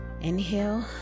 Inhale